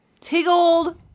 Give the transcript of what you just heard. tiggled